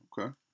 okay